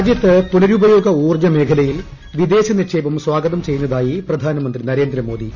രാജ്യത്ത് പുനരുപയോഗ ഊർജ്ജ മേഖലയിൽ വിദേശ നിക്ഷേപം സ്വാഗതം ചെയ്യുന്നതായി പ്രധാനമന്ത്രി നരേന്ദ്രമോദി